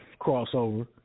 crossover